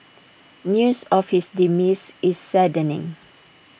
news of his demise is saddening